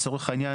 לצורך העניין,